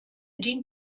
dient